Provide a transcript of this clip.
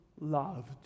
loved